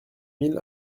mille